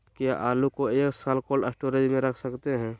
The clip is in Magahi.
क्या आलू को एक साल कोल्ड स्टोरेज में रख सकते हैं?